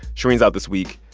shereen's out this week.